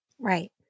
Right